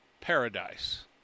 paradise